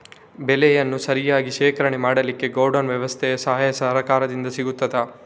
ಬೆಳೆಯನ್ನು ಸರಿಯಾಗಿ ಶೇಖರಣೆ ಮಾಡಲಿಕ್ಕೆ ಗೋಡೌನ್ ವ್ಯವಸ್ಥೆಯ ಸಹಾಯ ಸರಕಾರದಿಂದ ಸಿಗುತ್ತದಾ?